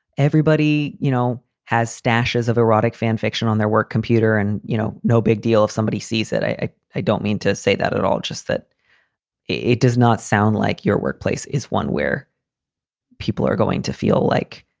everybody, you know, has stashes of erotic fan fiction on their work computer. and, you know, no big deal if somebody sees it. i don't mean to say that at all, just that it does not sound like your workplace is one where people are going to feel like.